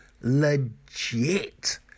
Legit